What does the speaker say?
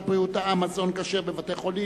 בריאות העם (מזון כשר בבתי-חולים),